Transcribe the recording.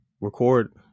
record